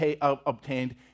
obtained